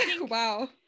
Wow